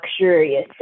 luxurious